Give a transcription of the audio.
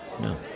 No